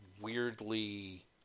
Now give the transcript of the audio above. weirdly